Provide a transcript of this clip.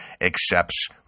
accepts